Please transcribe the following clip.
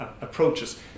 approaches